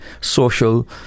social